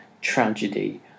tragedy